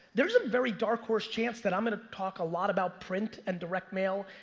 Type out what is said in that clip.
there's a very dark-horse chance that i'm gonna talk a lot about print and direct mail,